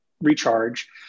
recharge